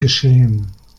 geschehen